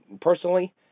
personally